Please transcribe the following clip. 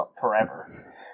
forever